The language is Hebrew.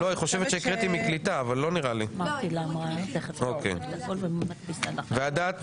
ועדת